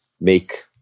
make